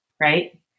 Right